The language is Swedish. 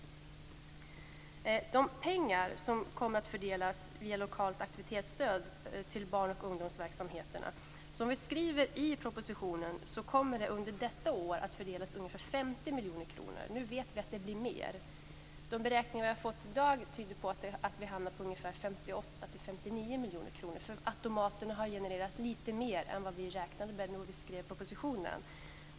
Vad gäller de pengar som kommer att fördelas via lokalt aktivitetsstöd till barn och ungdomsverksamheterna kommer det, som vi skriver i propositionen, under detta år att fördelas ungefär 50 miljoner kronor. Vi vet nu att det blir mer. De beräkningar som vi har fått i dag tyder på att det hamnar på 58-59 miljoner kronor, eftersom automaterna har genererat lite mer än vad vi räknade med när vi skrev propositionen.